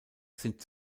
sind